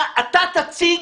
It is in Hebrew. אתה תציג.